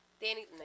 Danny